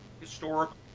historical